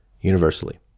universally